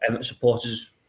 supporters